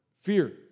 fear